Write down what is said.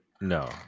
No